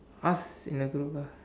ask in the group lah